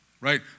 right